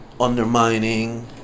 undermining